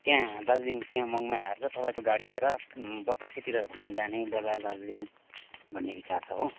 त्यहाँ दार्जिलिङ त्यहाँ मङमाया आएर तपाईँको गाडी लिएर बतासेतिर घुम्नु जाने बजार दार्जिलिङ भन्ने विचार छ हो